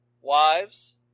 Wives